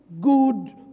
good